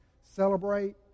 celebrate